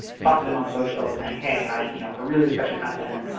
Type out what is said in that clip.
talk to them on social saying, hey, i you know really respect your content.